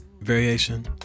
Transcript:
variation